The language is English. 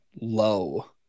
low